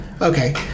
okay